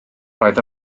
roedd